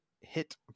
hit